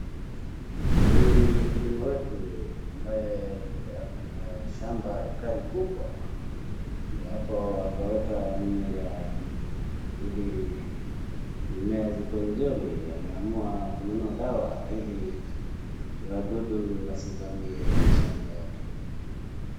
Huyu ni mkulima wetu ambaye akona shamba ekari kubwa na hapo akaweka mimea mingi, ili mimea zikue vizuri ameamua kununua dawa ili wadudu wasivamie shamba yake.